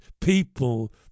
people